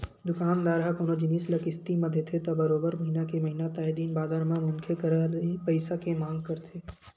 दुकानदार ह कोनो जिनिस ल किस्ती म देथे त बरोबर महिना के महिना तय दिन बादर म मनखे करा ले पइसा के मांग करथे